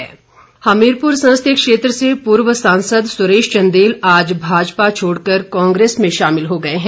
सुरेश चंदेल हमीरपुर संसदीय क्षेत्र से पूर्व सांसद सुरेश चंदेल आज भाजपा छोड़कर कांग्रेस में शामिल हो गए हैं